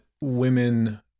women